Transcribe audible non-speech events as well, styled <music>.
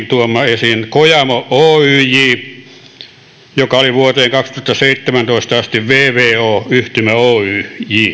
<unintelligible> tuoma kojamo oyj joka oli vuoteen kaksituhattaseitsemäntoista asti vvo yhtymä oyj